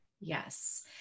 Yes